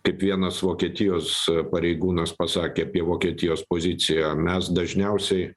kaip vienas vokietijos pareigūnas pasakė apie vokietijos poziciją mes dažniausiai